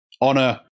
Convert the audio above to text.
honor